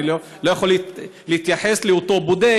אני לא יכול להתייחס לאותו בודק,